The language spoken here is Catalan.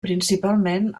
principalment